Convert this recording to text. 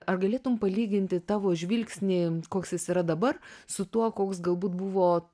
ar galėtum palyginti tavo žvilgsnį koks jis yra dabar su tuo koks galbūt buvo